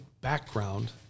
background